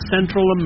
Central